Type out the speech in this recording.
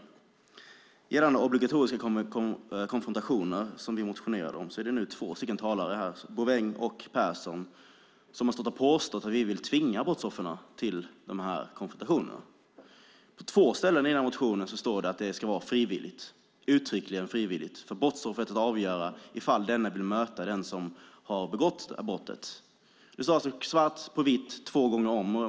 När det gäller obligatoriska konfrontationer, som vi motionerat om, är det två talare här, Bouveng och Pehrson, som har påstått att vi vill tvinga brottoffren till de här konfrontationerna. På två ställen i motionen står det uttryckligen att det ska vara frivilligt för brottsoffret att avgöra om man vill möta den som har begått brottet. Det står svart på vitt två gånger om.